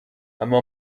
اما